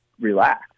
relax